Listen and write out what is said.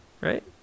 right